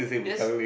yes